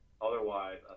otherwise